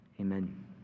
Amen